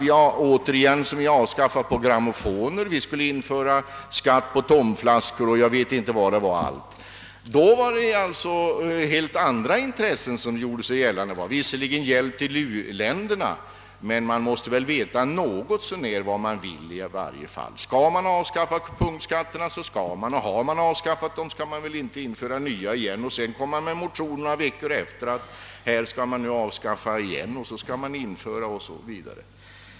Vi skulle också återinföra skatt på grammofonskivor, vi skulle införa en ny skatt på tomflaskor, och jag vet inte allt. Då var det helt andra intressen som gjorde sig gällande. Det var visserligen fråga om hjälp till u-länderna, men man måste väl veta något så när vad man vill. Har man avskaffat punktskatterna, så skall man väl inte införa nya sådana skatter igen för att några veckor efteråt motionera om avskaffande av dem o.s.v.